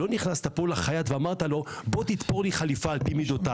לא נכנסת פה לחייט ואמרת לו בוא תתפור לי חליפה על פי מידותיי,